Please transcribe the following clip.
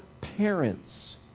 parents